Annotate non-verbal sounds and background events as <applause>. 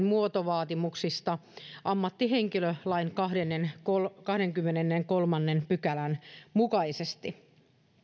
<unintelligible> muotovaatimuksista ammattihenkilölain kahdennenkymmenennenkolmannen pykälän mukaisesti